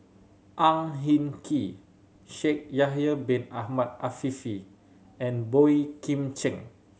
Ang Hin Kee Shaikh Yahya Bin Ahmed Afifi and Boey Kim Cheng